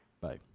bye